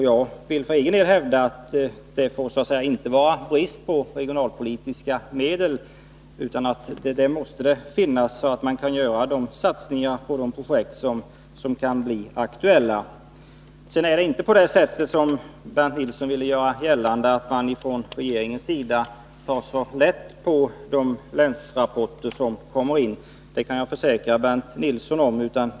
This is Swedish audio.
Jag vill för egen del hävda att det inte får råda brist på regionalpolitiska medel. Sådana måste finnas, så att man kan göra satsningar på projekt som kan bli aktuella. Bernt Nilsson ville göra gällande att man från regeringens sida tar lätt på de länsrapporter som kommer in. Jag kan försäkra Bernt Nilsson att så inte är fallet.